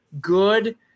Good